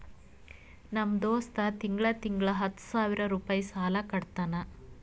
ನಮ್ ದೋಸ್ತ ತಿಂಗಳಾ ತಿಂಗಳಾ ಹತ್ತ ಸಾವಿರ್ ರುಪಾಯಿ ಸಾಲಾ ಕಟ್ಟತಾನ್